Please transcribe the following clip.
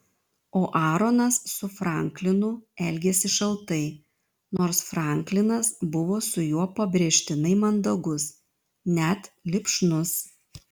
o aaronas su franklinu elgėsi šaltai nors franklinas buvo su juo pabrėžtinai mandagus net lipšnus